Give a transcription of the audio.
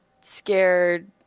scared